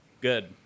Good